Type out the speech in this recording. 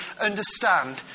understand